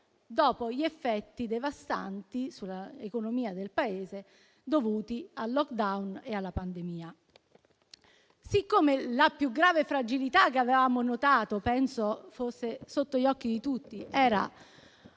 dopo gli effetti devastanti sull'economia italiana dovuti al *lockdown* e alla pandemia. Siccome la più grave fragilità che avevamo notato - e che penso fosse sotto gli occhi di tutti - era